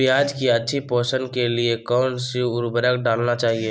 प्याज की अच्छी पोषण के लिए कौन सी उर्वरक डालना चाइए?